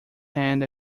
hand